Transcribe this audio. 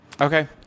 Okay